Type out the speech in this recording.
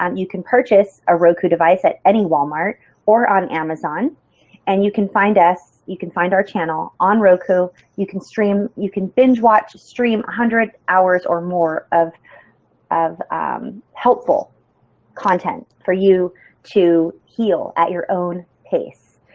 you can purchase a roku device at any walmart or on amazon and you can find us, you can find our channel on roku. you can stream, you can binge watch stream one hundred hours or more of of um helpful content for you to heal at your own pace.